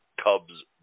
Cubs